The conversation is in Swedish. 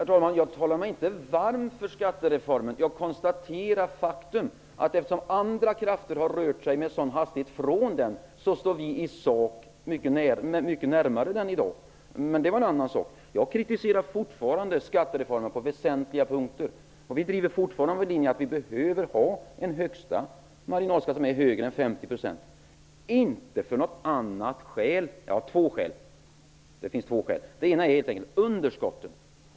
Herr talman! Jag talar mig inte varm för skattereformen. Jag konstaterar faktum. Eftersom andra krafter har rört sig med stor hastighet från den, står vi i sak mycket närmare den i dag. Men det var en annan sak. Jag kritiserar fortfarande skattereformen på väsentliga punkter. Vi driver fortfarande linjen att vi behöver ha en högsta marginalskatt som är högre än 50 %. Det finns två skäl för detta. Det ena är helt enkelt underskottet.